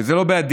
כי זה לא בעדי,